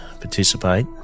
participate